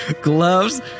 gloves